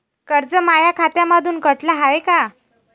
कर्ज माया खात्यामंधून कटलं हाय का?